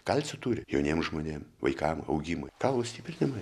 kalcio turi jauniem žmonėm vaikam augimui kaulų stiprinimui